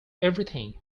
everything